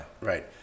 Right